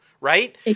right